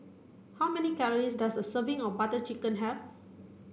how many calories does a serving of Butter Chicken have